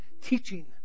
teaching